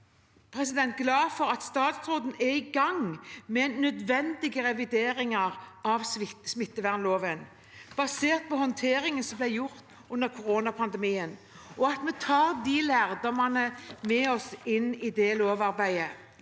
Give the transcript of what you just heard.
Jeg er glad for at statsråden er i gang med nødvendige revideringer av smittevernloven basert på håndteringen som ble gjort under koronapandemien, og at vi tar de lærdommene med oss inn i det lovarbeidet.